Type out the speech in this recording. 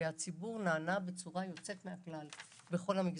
והציבור נענה בצורה יוצאת מן הכלל בכל המגזרים.